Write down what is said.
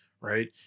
Right